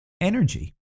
energy